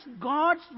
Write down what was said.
God's